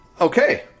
Okay